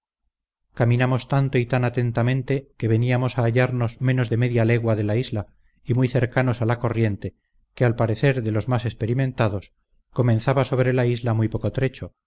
caminamos tanto y tan atentamente que veníamos a hallarnos menos de media legua de la isla y muy cercanos a la corriente que al parecer de los más experimentados comenzaba sobre la isla muy poco trecho